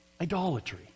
Idolatry